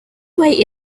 way